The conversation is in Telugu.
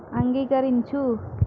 అంగీకరించు